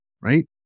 right